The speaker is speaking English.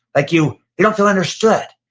like you, they don't feel understood.